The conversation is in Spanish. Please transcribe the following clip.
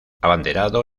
abanderado